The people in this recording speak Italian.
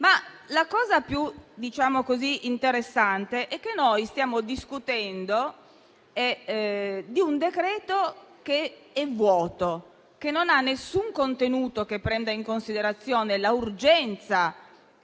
L'aspetto più interessante però è che stiamo discutendo di un decreto-legge vuoto, che non ha alcun contenuto che prenda in considerazione l'urgenza